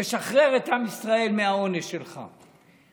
תשחרר את עם ישראל מהעונש שלך.